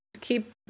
keep